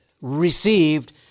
received